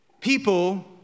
People